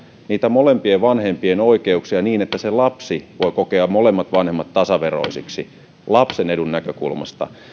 molempien vanhempien oikeuksia niin että lapsi voi kokea molemmat vanhemmat tasaveroisiksi lapsen edun näkökulmasta